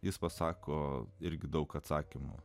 jis pasako irgi daug atsakymų